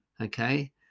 Okay